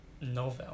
novel